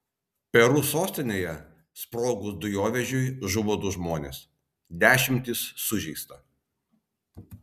peru sostinėje sprogus dujovežiui žuvo du žmonės dešimtys sužeista